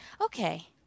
Okay